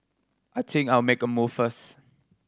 I think I'll make a move first